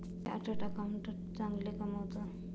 chartered accountant चांगले कमावतो